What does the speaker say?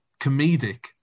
comedic